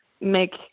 make